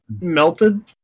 melted